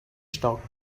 stock